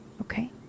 Okay